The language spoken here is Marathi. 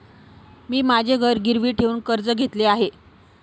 मी माझे घर गिरवी ठेवून कर्ज घेतले आहे